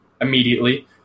immediately